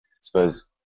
suppose